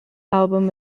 album